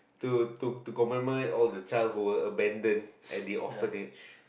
to to compromise all the child who were abandoned at the orphanage